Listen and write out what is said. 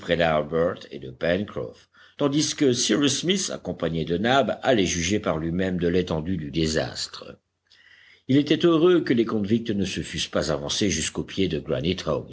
et de pencroff tandis que cyrus smith accompagné de nab allait juger par lui-même de l'étendue du désastre il était heureux que les convicts ne se fussent pas avancés jusqu'au pied de